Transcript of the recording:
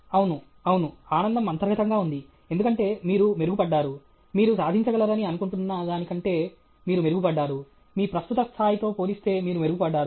అవును అవును ఆనందం అంతర్గతంగా ఉంది ఎందుకంటే మీరు మెరుగుపడ్డారు మీరు సాధించగలరని అనుకుంటున్నదానికంటే మీరు మెరుగుపడ్డారు మీ ప్రస్తుత స్థాయితో పోలిస్తే మీరు మెరుగుపడ్డారు